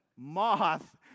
Moth